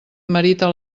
merita